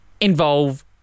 involve